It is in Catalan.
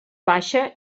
baixa